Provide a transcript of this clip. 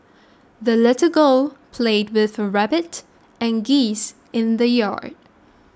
the little girl played with her rabbit and geese in the yard